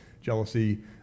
Jealousy